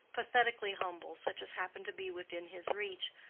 pathetically humble, such as happened to be within his reach,